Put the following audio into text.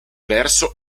verso